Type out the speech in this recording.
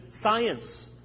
science